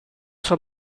sua